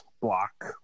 block